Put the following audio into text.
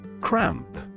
Cramp